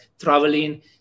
traveling